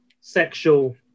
sexual